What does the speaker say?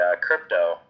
Crypto